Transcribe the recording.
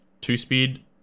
two-speed